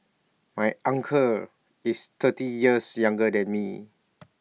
my uncle is thirty years younger than me